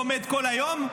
לומד כל היום,